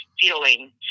feeling